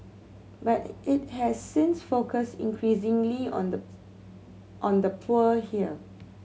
but it has since focus increasingly on the on the poor here